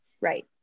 Right